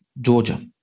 Georgia